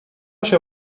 się